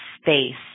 space